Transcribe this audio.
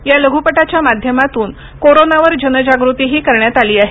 या लघूपटाच्या माध्यमातून कोरोनावर जनजागृतीही करण्यात आली आहे